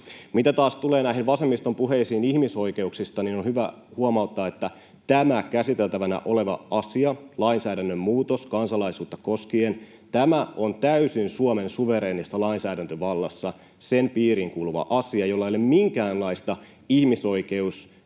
Mitä taas tulee näihin vasemmiston puheisiin ihmisoikeuksista, niin on hyvä huomauttaa, että tämä käsiteltävänä oleva asia, lainsäädännön muutos kansalaisuutta koskien, on täysin Suomen suvereenin lainsäädäntövallan piiriin kuuluva asia, jolla ei ole minkäänlaista ihmisoikeusristiriitaa